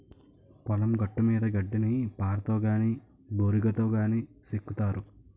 పొలం గట్టుమీద గడ్డిని పారతో గాని బోరిగాతో గాని సెక్కుతారు